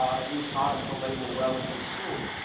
at least not until they were well into school.